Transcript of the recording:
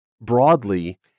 broadly